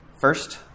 First